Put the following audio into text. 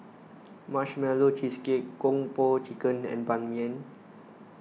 Marshmallow Cheesecake Kung Po Chicken and Ban Mian